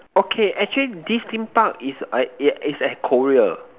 okay actually this theme Park is I yeah it's at Korea